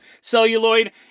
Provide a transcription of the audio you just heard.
celluloid